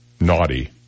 naughty